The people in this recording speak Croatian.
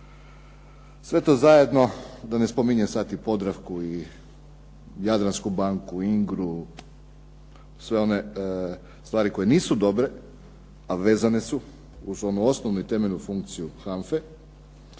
sve to zajedno da ne spominjem sad i Podravku i Jadransku banku, INGRA-u sve one stvari koje nisu dobre, a vezane su uz onu osnovnu i temeljnu funkciju HANFA-e